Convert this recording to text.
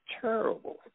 terrible